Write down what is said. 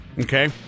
Okay